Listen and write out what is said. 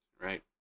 Right